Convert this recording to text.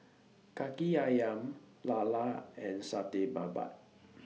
Kaki Ayam Lala and Satay Babat